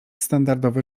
standardowy